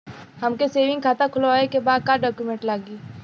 हमके सेविंग खाता खोलवावे के बा का डॉक्यूमेंट लागी?